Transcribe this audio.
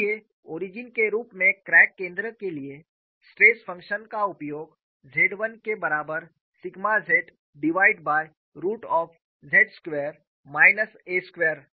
इसलिए ओरिजिन के रूप में क्रैक केंद्र के लिए स्ट्रेस फ़ंक्शन का उपयोग Z 1 के बराबर sigma z divide by root of z square minus a square